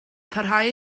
parhau